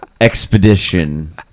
expedition